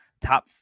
top